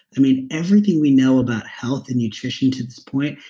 i mean everything we know about health and nutrition to this point,